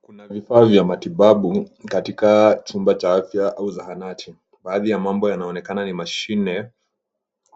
Kuna vifaa vya matibabu katika chumba cha afya au zahanati. Baadhi ya mambo yanaonekana ni mashine